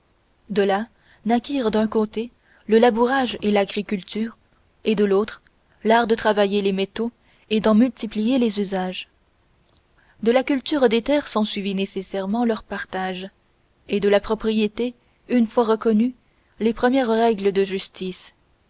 de là naquirent d'un côté le labourage et l'agriculture et de l'autre l'art de travailler les métaux et d'en multiplier les usages de la culture des terres s'ensuivit nécessairement leur partage et de la propriété une fois reconnue les premières règles de justice